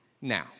Now